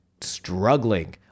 struggling